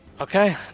Okay